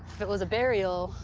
if it was a burial,